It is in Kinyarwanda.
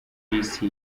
peace